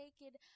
naked